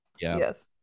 Yes